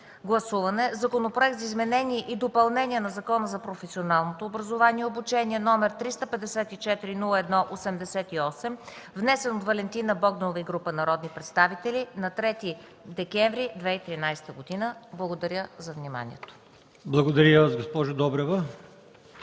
гласуване Законопроекта за изменение и допълнение на Закона за професионалното образование и обучение, № 354-01-88, внесен от Валентина Богданова и група народни представители на 3 декември 2013 г.” Благодаря за вниманието. ПРЕДСЕДАТЕЛ